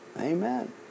Amen